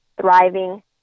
thriving